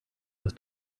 was